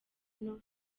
nto